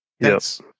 yes